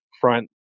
front